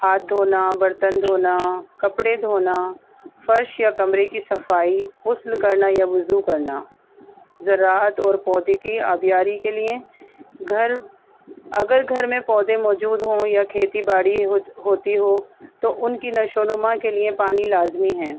ہاتھ دھونا برتن دھونا کپڑے دھونا فرش یا کمرے کی صفائی غسل کرنا یا وضو کرنا زراعت اور پودے کی آبیاری کے لیے گھر اگر گھر میں پودے موجود ہوں یا کھیتی باڑی ہو ہوتی ہو تو ان کی نشو نما کے لیے پانی لازمی ہے